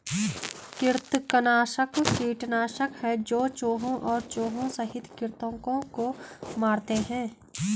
कृंतकनाशक कीटनाशक है जो चूहों और चूहों सहित कृन्तकों को मारते है